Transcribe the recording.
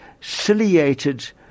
ciliated